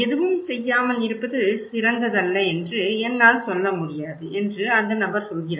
எதுவும் செய்யாமல் இருப்பது சிறந்ததல்ல என்று என்னால் சொல்ல முடியாது என்று அந்த நபர் சொல்கிறார்